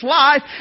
life